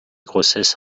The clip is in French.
grossesses